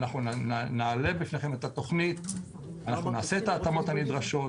אנחנו נעלה בפניכם את התוכנית ונעשה את ההתאמות הנדרשות.